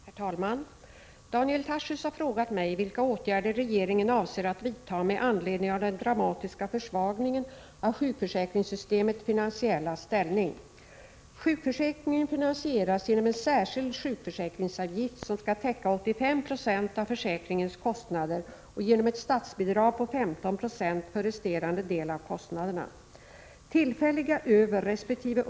Herr talman! Daniel Tarschys har frågat mig vilka åtgärder regeringen avser att vidta med anledning av den dramatiska försvagningen av sjukförsäkringssystemets finansiella ställning. Sjukförsäkringen finansieras genom en särskild sjukförsäkringsavgift som skall täcka 85 96 av försäkringens kostnader och genom ett statsbidrag på 15 26 för resterande del av kostnaderna. Tillfälliga överresp.